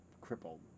crippled